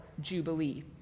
jubilee